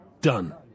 Done